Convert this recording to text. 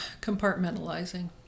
compartmentalizing